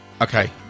Okay